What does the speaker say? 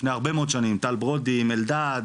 לפני הרבה מאוד שנים טל ברודי, עם אלדד,